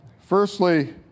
firstly